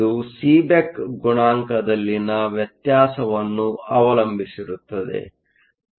ಇದು ಸೀಬೆಕ್ ಗುಣಾಂಕದಲ್ಲಿನ ವ್ಯತ್ಯಾಸವನ್ನು ಅವಲಂಬಿಸಿರುತ್ತದೆ